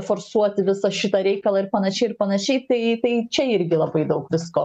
forsuoti visą šitą reikalą ir panašiai ir panašiai tai tai čia irgi labai daug visko